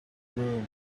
broom